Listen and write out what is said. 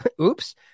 Oops